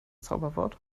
zauberwort